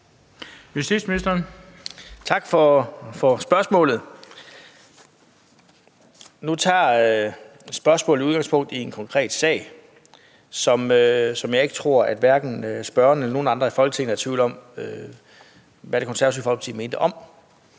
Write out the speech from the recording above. Pape Poulsen): Tak for spørgsmålet. Nu tager spørgsmålet udgangspunkt i en konkret sag, som jeg tror at hverken spørgeren eller nogen andre i Folketinget er i tvivl om hvad Det Konservative Folkeparti mente om.